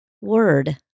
word